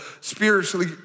spiritually